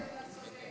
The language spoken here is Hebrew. כן, אתה צודק.